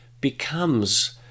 becomes